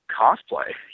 cosplay